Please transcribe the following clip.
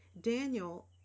Daniel